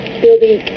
building